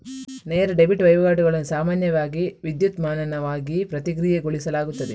ನೇರ ಡೆಬಿಟ್ ವಹಿವಾಟುಗಳನ್ನು ಸಾಮಾನ್ಯವಾಗಿ ವಿದ್ಯುನ್ಮಾನವಾಗಿ ಪ್ರಕ್ರಿಯೆಗೊಳಿಸಲಾಗುತ್ತದೆ